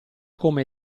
come